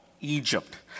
Egypt